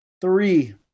three